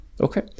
Okay